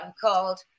called